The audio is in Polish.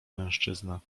mężczyzna